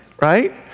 right